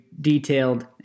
detailed